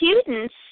students